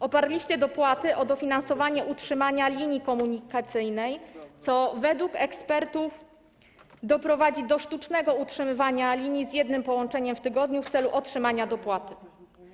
Oparliście dopłaty na dofinansowaniu utrzymania linii komunikacyjnej, co według ekspertów doprowadzi do sztucznego utrzymywania linii z jednym połączeniem w tygodniu w celu otrzymania dopłaty.